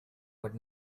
but